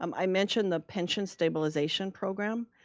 um i mentioned the pension stabilization program.